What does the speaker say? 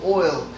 oil